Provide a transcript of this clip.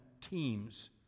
teams